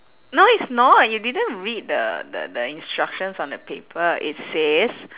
no it's not you didn't read the the the instructions on the paper it says